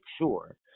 sure